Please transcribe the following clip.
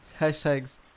hashtags